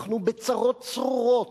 אנחנו בצרות צרורות.